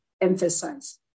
emphasize